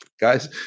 Guys